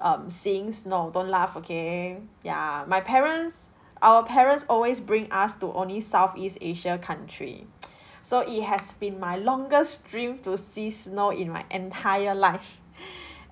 um seeing snow don't laugh okay ya my parents our parents always bring us to only southeast asia country so it has been my longest dream to see snow in my entire life